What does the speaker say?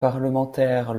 parlementaires